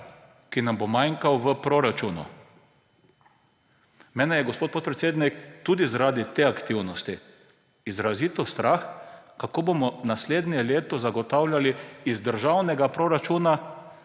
ki nam bo manjkal v proračunu. Mene je, gospod podpredsednik, tudi zaradi te aktivnosti izrazito strah, kako bomo naslednje leto zagotavljali iz državnega proračuna